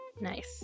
Nice